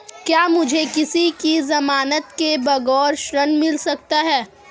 क्या मुझे किसी की ज़मानत के बगैर ऋण मिल सकता है?